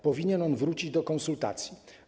Powinien on wrócić do konsultacji.